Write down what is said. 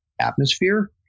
atmosphere